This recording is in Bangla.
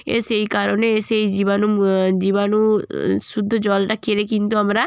এ সেই কারণে সেই জীবাণু জীবাণু শুধু জলটা খেলে কিন্তু আমরা